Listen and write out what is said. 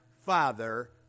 Father